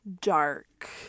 dark